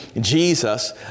Jesus